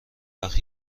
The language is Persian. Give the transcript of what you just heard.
وقت